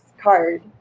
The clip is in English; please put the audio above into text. card